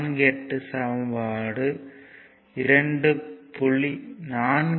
48 ஐ சமன்பாடு 2